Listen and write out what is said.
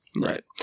right